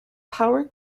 power